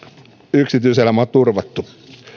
yksityiselämä on turvattu